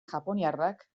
japoniarrak